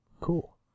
Cool